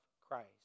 Christ